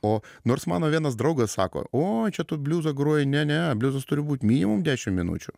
o nors mano vienas draugas sako oi čia tu bliuzą groji ne ne bliuzas turi būt minimum dešimt minučių